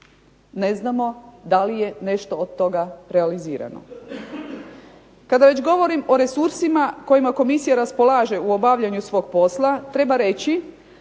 Ne znamo da li je nešto od toga realizirano. Kada već govorim o resursima kojima komisija raspolaže u obavljanju svog posla, treba reći